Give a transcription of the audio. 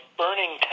burning